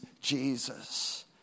Jesus